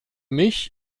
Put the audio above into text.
mich